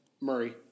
Murray